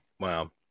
Wow